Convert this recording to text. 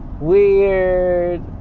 weird